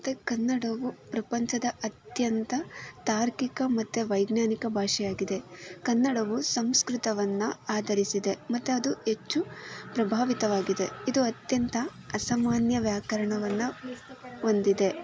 ಮತ್ತು ಕನ್ನಡವು ಪ್ರಪಂಚದ ಅತ್ಯಂತ ತಾರ್ಕಿಕ ಮತ್ತು ವೈಜ್ಞಾನಿಕ ಭಾಷೆಯಾಗಿದೆ ಕನ್ನಡವು ಸಂಸ್ಕೃತವನ್ನು ಆಧರಿಸಿದೆ ಮತ್ತು ಅದು ಹೆಚ್ಚು ಪ್ರಭಾವಿತವಾಗಿದೆ ಇದು ಅತ್ಯಂತ ಅಸಾಮಾನ್ಯ ವ್ಯಾಕರಣವನ್ನು ಹೊಂದಿದೆ